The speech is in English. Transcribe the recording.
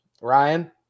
Ryan